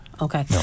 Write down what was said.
okay